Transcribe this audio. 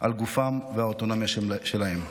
על גופם והאוטונומיה שלהם.